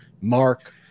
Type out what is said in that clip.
Mark